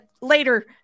later